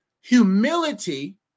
Humility